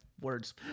Words